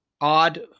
odd